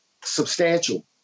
substantial